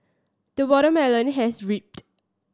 the watermelon has ripened